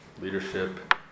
leadership